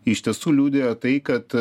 iš tiesų liudija tai kad